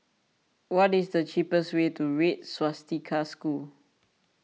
what is the cheapest way to Red Swastika School